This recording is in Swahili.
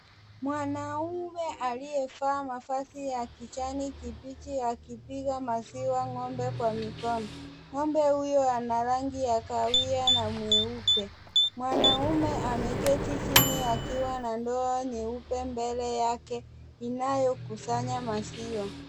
Mwanaume aliyevaa mavazi ya kijani kibichi akipiga maziwa ng'ombe kwa mikono. Ng'ombe huyo ana rangi ya kahawia na mweupe. Mwanaume ameketi chini akiwa na ndoo nyeupe mbele yake inayokusanya maziwa.